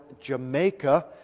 Jamaica